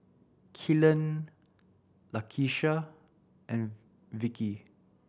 Kellan Lakesha and Vickey